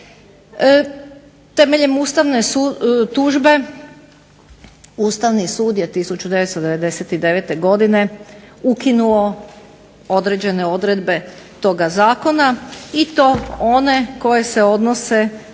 Temeljem ustavne tužbe Ustavni sud je 1999. godine ukinuo određene odredbe toga zakona i to one koje se odnose